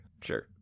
sure